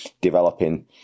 developing